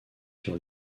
sur